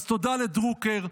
אז תודה לדרוקר.